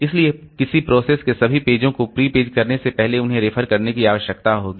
इसलिए किसी प्रोसेस के सभी पेजों को प्री पेज करने से पहले उन्हें रेफर करने की आवश्यकता होगी